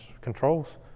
controls